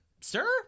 Sir